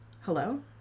Hello